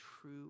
true